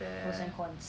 pros and cons